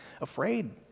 afraid